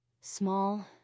small